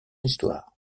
histoire